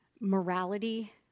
morality